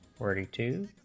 forty two